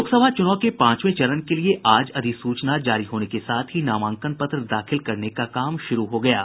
लोकसभा चुनाव के पांचवें चरण के लिये आज अधिसूचना जारी होने के साथ ही नामांकन पत्र दाखिल करने का काम शुरू हो गया है